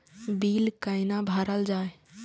Bill कैना भरल जाय?